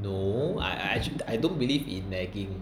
no I actually I don't believe in nagging